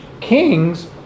kings